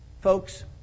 Folks